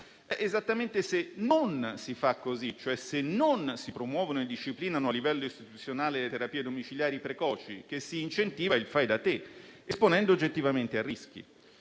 esattamente se non si fa così, cioè se non si promuovono e disciplinano a livello istituzionale le terapie domiciliari precoci, che si incentiva il fai da te, esponendo oggettivamente a rischi.